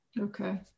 Okay